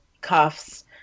cuffs